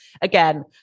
again